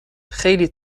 خیلی